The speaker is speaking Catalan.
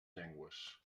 llengües